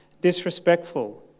disrespectful